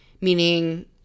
Meaning